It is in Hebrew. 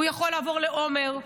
הוא יכול לעבור לעומר,